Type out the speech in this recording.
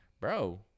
bro